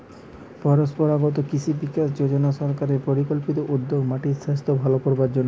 পরম্পরাগত কৃষি বিকাশ যজনা সরকারের পরিকল্পিত উদ্যোগ মাটির সাস্থ ভালো করবার জন্যে